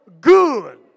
good